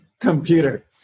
computer